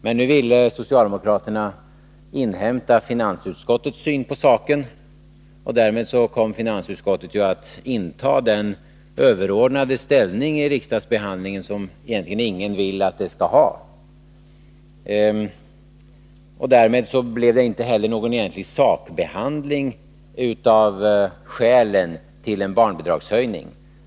Men nu ville socialdemokraterna inhämta finansutskottets syn på saken, och därmed kom finansutskottet att inta den överordnade ställning i riksdagsbehandlingen som egentligen ingen vill att det skall ha. Därmed blev det inte heller någon egentlig sakbehandling av skälen till en barnbidragshöjning.